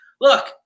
look